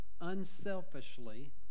unselfishly